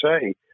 say